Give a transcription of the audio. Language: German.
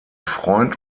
freund